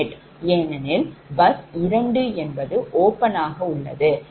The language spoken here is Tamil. ஏனெனில் bus 2 என்பது open ஆக உள்ளது